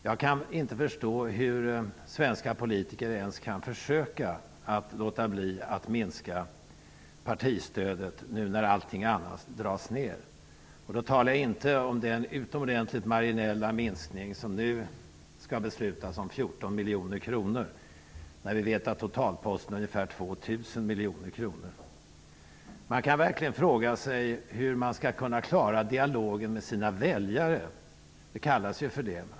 Jag kan inte förstå hur svenska politiker ens kan försöka att låta bli att minska partistödet, nu när det dras ned på allting annat. Jag talar inte om den utomordentligt marginella minskningen om 14 miljoner kronor som det nu skall fattas beslut om. Vi vet att totalposten är ungefär 2 000 miljoner kronor. Man kan verkligen fråga sig hur man skall klara dialogen med sina väljare. Det kallas ju för det.